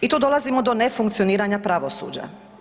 I tu dolazimo do nefunkcioniranja pravosuđa.